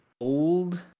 old